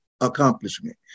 accomplishment